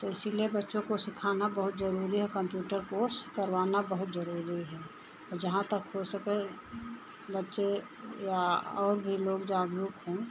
तो इसीलिए बच्चों को सिखाना बहुत ज़रूरी है कंप्यूटर कोर्स करवाना बहुत ज़रूरी है और जहाँ तक हो सके बच्चे या और भी लोग जागरुक हो